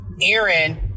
Aaron